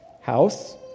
house